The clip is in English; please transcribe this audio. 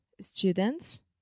students